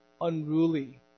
unruly